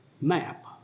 map